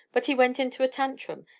but he went into a tantrum,